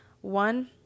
One